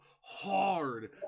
hard